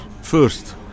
first